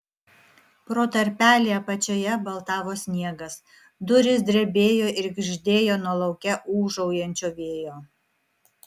pro tarpelį apačioje baltavo sniegas durys drebėjo ir girgždėjo nuo lauke ūžaujančio vėjo